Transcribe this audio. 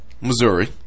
Missouri